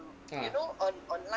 ah